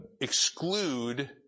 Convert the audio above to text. exclude